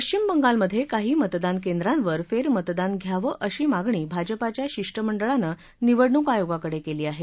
पश्चिम बंगालमघे काही मतदान केंद्रावर फेरमतदान घ्यावं अशी मागणी भाजपाच्या शिष्टमंडळानं निवडणूक आयोगाकडे केली आहे